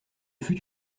fut